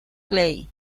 clay